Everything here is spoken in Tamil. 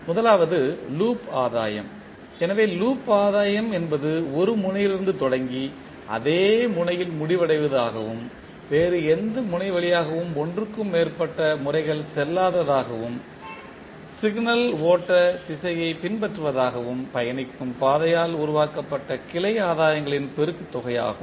முதலாவது லூப் ஆதாயம் எனவே லூப் ஆதாயம் என்பது ஒரு முனையிலிருந்து தொடங்கி அதே முனையில் முடிவடைவது ஆகவும் வேறு எந்த முனை வழியாகவும் ஒன்றுக்கும் மேற்பட்ட முறைகள் செல்லாததாகவும் சிக்னல் ஓட்ட திசையை பின்பற்றுவதாகவும் பயணிக்கும் பாதையால் உருவாக்கப்பட்ட கிளை ஆதாயங்களின் பெருக்கு தொகையாகும்